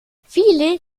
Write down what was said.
viele